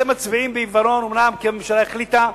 אתם מצביעים בעיוורון, אומנם כי הממשלה החליטה.